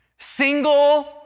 Single